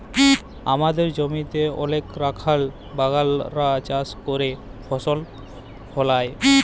আমাদের জমিতে অলেক রাখাল বাগালরা চাষ ক্যইরে ফসল ফলায়